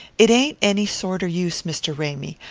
it ain't any sorter use, mr. ramy.